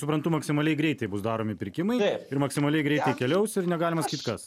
suprantu maksimaliai greitai bus daromi pirkimai ir maksimaliai greitai keliaus ir negalimas kitkas